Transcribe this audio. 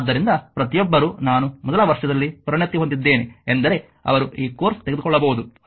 ಆದ್ದರಿಂದ ಪ್ರತಿಯೊಬ್ಬರೂ ನಾನು ಮೊದಲ ವರ್ಷದಲ್ಲಿ ಪರಿಣತಿ ಹೊಂದಿದ್ದೇನೆ ಎಂದರೆ ಅವರು ಈ ಕೋರ್ಸ್ ತೆಗೆದುಕೊಳ್ಳಬಹುದು ಮತ್ತು